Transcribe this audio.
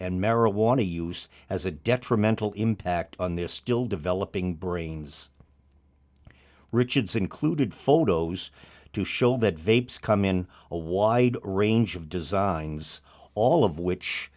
and marijuana use as a detrimental impact on this still developing brains richards included photos to show that vapors come in a wide range of designs all of which